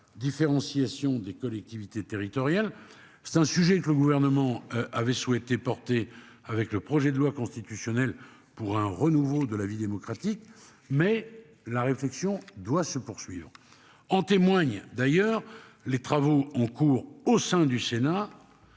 différenciation des collectivités territoriales. C'est un sujet que le gouvernement avait souhaité porter avec le projet de loi constitutionnelle pour un renouveau de la vie démocratique mais la réflexion doit se poursuivre en témoigne d'ailleurs les travaux en cours au sein du Sénat.